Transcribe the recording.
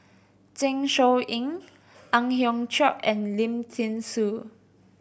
Zeng Shouyin Ang Hiong Chiok and Lim Thean Soo